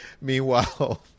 Meanwhile